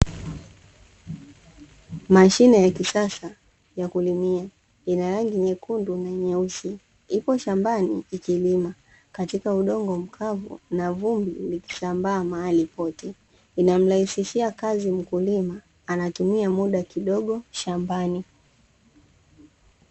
Mashine ya kisasa ya kulimia, ina rangi nyekundu na nyeusi ipo shambani, ikilima katika udongo mkavu na vumbi likisambaa mahali pote. Inamrahisishia kazi mkulima anatumia muda kidogo shambani.